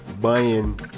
buying